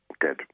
dead